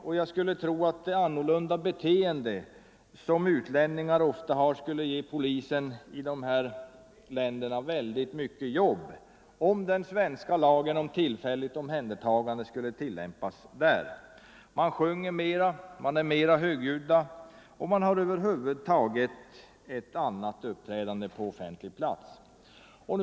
Och jag skulle tro att det annorlunda beteende som utlänningar ofta har skulle ge polisen i andra länder väldigt mycket jobb, om den svenska lagen om tillfälligt omhändertagande skulle tillämpas där. Man sjunger mera, är mera högljudd och har över huvud taget ett annat uppträdande på offentlig plats.